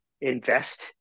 invest